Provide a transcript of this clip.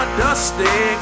dusty